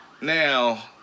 Now